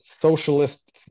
socialist